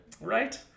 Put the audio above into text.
Right